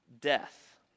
death